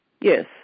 Yes